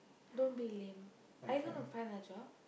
don't be lame are you going to find a job